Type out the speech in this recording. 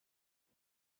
you